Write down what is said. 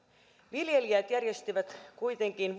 viljelijät järjestivät kuitenkin